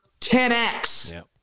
10x